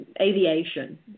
aviation